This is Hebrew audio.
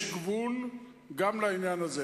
יש גבול גם לזה.